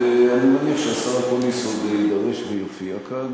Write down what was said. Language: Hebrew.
ואני מניח שהשר אקוניס עוד יידרש ויופיע כאן.